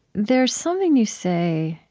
there's something you say